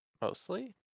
Mostly